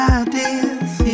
ideas